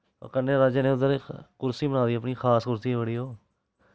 कन्नै राजे ने उद्धर कुर्सी बनां दी अपनी बड़ी खास कुर्सी ऐ ओह्